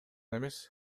эмес